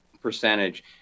percentage